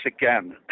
again